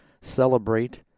celebrate